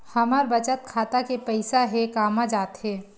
हमर बचत खाता के पईसा हे कामा जाथे?